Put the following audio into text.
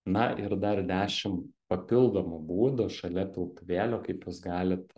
na ir dar dešim papildomų būdų šalia piltuvėlio kaip jūs galit